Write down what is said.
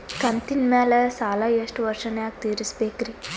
ಕಂತಿನ ಮ್ಯಾಲ ಸಾಲಾ ಎಷ್ಟ ವರ್ಷ ನ್ಯಾಗ ತೀರಸ ಬೇಕ್ರಿ?